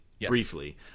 briefly